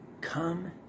come